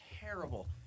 terrible